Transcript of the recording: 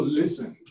listen